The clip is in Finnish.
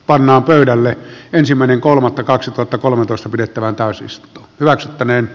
panna pöydälle ensimmäinen kolmatta kaksituhattakolmetoista pidettävän tai siis hyväksyttäneen